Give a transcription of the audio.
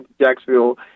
Jacksonville